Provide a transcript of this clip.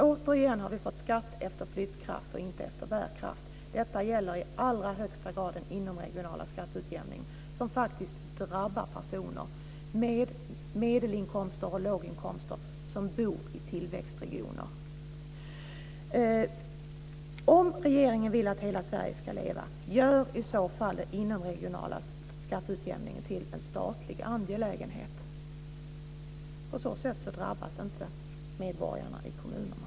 Återigen har vi fått skatt efter flyttkraft och inte efter bärkraft. Detta gäller i allra högsta grad den inomkommunala skatteutjämningen, som faktiskt drabbar personer med medelinkomster och låginkomster som bor i tillväxtregioner. Om regeringen vill att hela Sverige ska leva gör i så fall den inomkommunala skatteutjämningen till en statlig angelägenhet. På så sätt drabbas inte medborgarna i kommunerna.